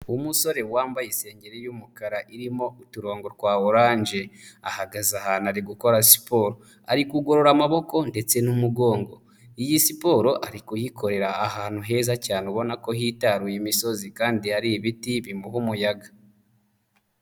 Umusore wambaye isengeri y'umukara irimo uturongo twa oranje. Ahagaze ahantu ari gukora siporo. Ari kugorora amaboko, ndetse n'umugongo. Iyi siporo ari kuyikorera ahantu heza cyane ubona ko hitaruye imisozi kandi hari ibiti, bimuha umuyaga.